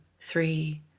three